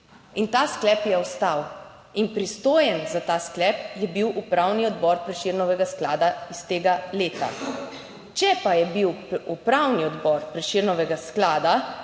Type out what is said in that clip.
in ta sklep je ostal in pristojen za ta sklep je bil Upravni odbor Prešernovega sklada iz tega leta. Če pa je bil Upravni odbor Prešernovega sklada,